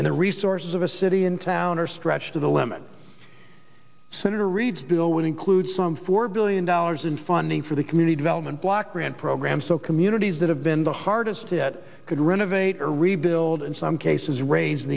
and the resources of a city in town are stretched to the limit senator reid's bill would include some four billion dollars in funding for the community development block grant program so communities that have been the hardest hit could renovate or rebuild in some cases raising